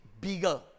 bigger